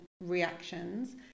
reactions